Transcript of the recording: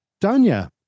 Danya